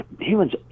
Humans